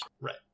Right